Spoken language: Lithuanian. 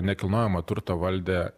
nekilnojamą turtą valdė